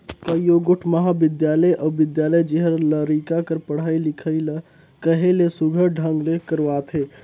कइयो गोट महाबिद्यालय अउ बिद्यालय जेहर लरिका कर पढ़ई लिखई ल कहे ले सुग्घर ढंग ले करवाथे